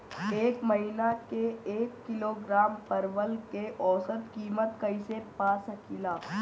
एक महिना के एक किलोग्राम परवल के औसत किमत कइसे पा सकिला?